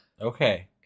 Okay